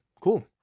cool